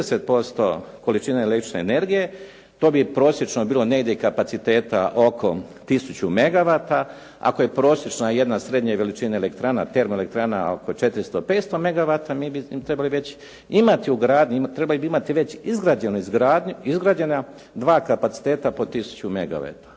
30% količine električne energije, to bi prosječno bilo negdje kapaciteta oko tisuću megawata, ako je prosječna jedna srednje veličine elektrana, termoelektrana oko 400, 500 megawata mi bi trebali već imati u gradnji, trebali bi